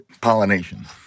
pollination